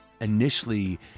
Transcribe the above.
initially